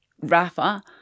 Rafa